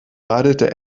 radelte